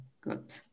good